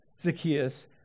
zacchaeus